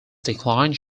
declined